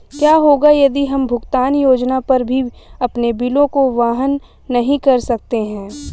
क्या होगा यदि हम भुगतान योजना पर भी अपने बिलों को वहन नहीं कर सकते हैं?